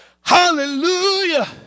Hallelujah